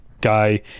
guy